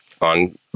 on